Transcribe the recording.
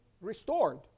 restored